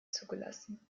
zugelassen